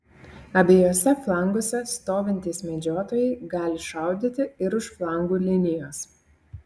abiejuose flanguose stovintys medžiotojai gali šaudyti ir už flangų linijos